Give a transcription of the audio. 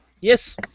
Yes